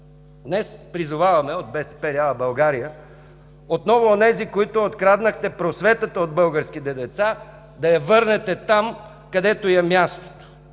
днес призоваваме от БСП лява България отново онези, които откраднахте просветата от българските деца, да я върнете там, където й е мястото,